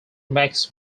max